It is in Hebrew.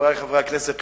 חברי חברי הכנסת,